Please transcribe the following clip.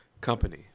company